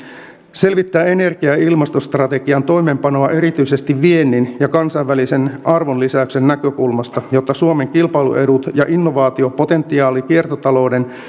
selvittää energia ja ilmastostrategian toimeenpanoa erityisesti viennin ja kansainvälisen arvonlisäyksen näkökulmasta jotta suomen kilpailuedut ja innovaatiopotentiaali kiertotalouden